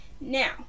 now